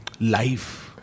life